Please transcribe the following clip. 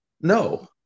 no